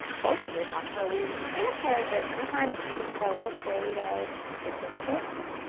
both of the the talks where we kind of heard that sometimes students are a little afraid of statistics.